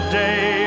day